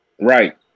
right